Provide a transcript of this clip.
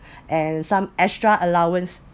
and some extra allowance